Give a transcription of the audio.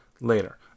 later